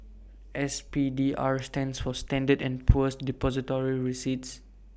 S P D R stands for standard and Poor's Depository receipts